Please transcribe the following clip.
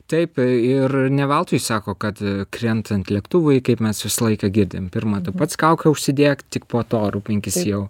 taip ir ne veltui sako kad krentant lėktuvui kaip mes visą laiką girdim pirma tu pats kaukę užsidėk tik po to rūpinkis jau